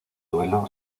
duelo